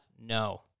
No